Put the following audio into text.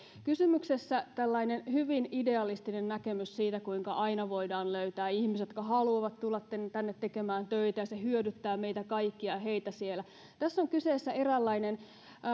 kysymyksessä on tällainen hyvin idealistinen näkemys siitä kuinka aina voidaan löytää ihmisiä jotka haluavat tulla tänne tänne tekemään töitä ja se hyödyttää meitä kaikkia ja heitä siellä tässä on kyseessä eräänlainen